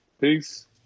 Peace